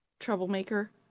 Troublemaker